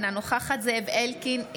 אינה נוכחת זאב אלקין,